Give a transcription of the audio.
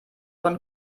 von